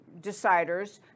deciders